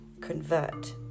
convert